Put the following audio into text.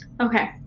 Okay